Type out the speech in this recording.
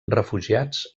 refugiats